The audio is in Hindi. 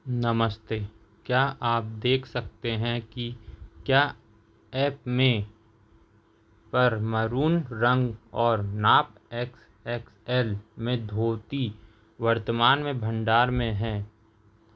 नमस्ते क्या आप देख सकते हैं कि क्या एप में पर मरून रंग और नाप एक्स एक्स एल में धोती वर्तमान में भंडार में है